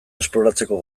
esploratzeko